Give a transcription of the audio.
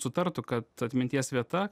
sutartų kad atminties vieta